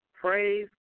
Praise